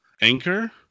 Anchor